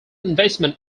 investment